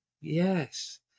Yes